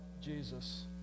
Jesus